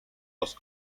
los